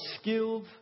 skilled